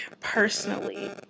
personally